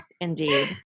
indeed